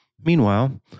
Meanwhile